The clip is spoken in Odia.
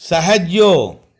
ସାହାଯ୍ୟ